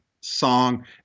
song